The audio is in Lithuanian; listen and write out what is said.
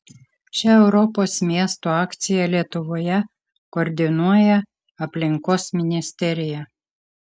šią europos miestų akciją lietuvoje koordinuoja aplinkos ministerija